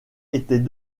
était